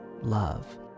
love